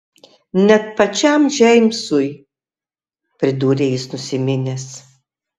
net pačiam džeimsui pridūrė jis nusiminęs